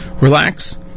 relax